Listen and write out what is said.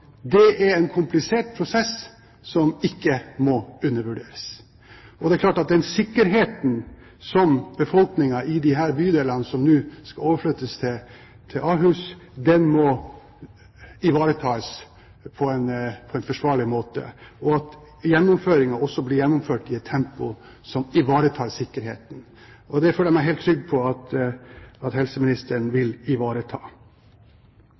Dette er en komplisert prosess som ikke må undervurderes. Sikkerheten til befolkningen i disse bydelene som nå skal overflyttes til Ahus, må ivaretas på en forsvarlig måte, og gjennomføringen må skje i et tempo som ivaretar sikkerheten. Det føler jeg meg helt trygg på at helseministeren vil ivareta.